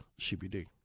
CBD